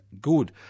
good